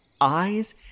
Eyes